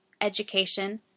education